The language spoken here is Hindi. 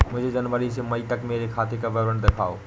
मुझे जनवरी से मई तक मेरे खाते का विवरण दिखाओ?